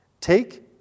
take